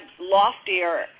loftier